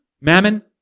mammon